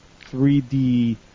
3D